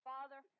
Father